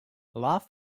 love